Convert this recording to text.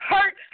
Hurt